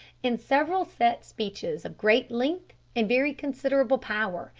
in several set speeches of great length and very considerable power,